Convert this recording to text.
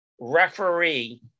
referee